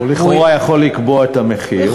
הוא לכאורה יכול לקבוע את המחיר.